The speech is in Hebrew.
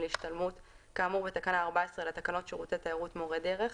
להשתלמות כאמור בתקנה 14 לתקנות שירותי תיירות (מורי דרך),